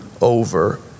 over